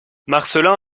marcelin